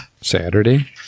Saturday